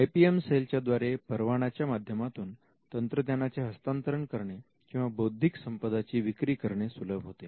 I P M सेलच्या द्वारे परवानाच्या माध्यमातून तंत्रज्ञानाचे हस्तांतरण करणे किंवा बौद्धिक संपदा ची विक्री करणे सुलभ होते